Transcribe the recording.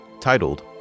titled